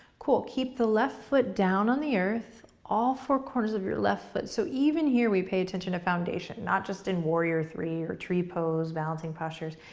cool. keep the left foot down on the earth, all four corners of your left foot, so even here we pay attention to foundation. not just in warrior three or tree pose, balancing postures.